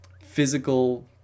physical